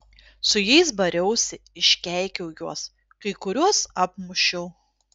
su jais bariausi iškeikiau juos kai kuriuos apmušiau